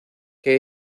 que